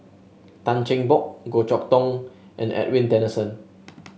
Tan Cheng Bock Goh Chok Tong and Edwin Tessensohn